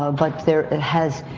ah but there, it has,